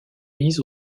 mise